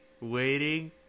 waiting